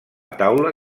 taula